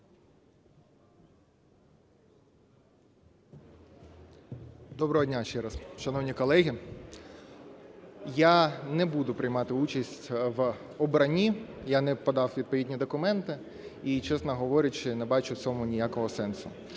Доброго дня ще раз, шановні колеги. Я не буду приймати участь в обранні, я не подав відповідні документи і, чесно говорячи, не бачу в цьому ніякого сенсу.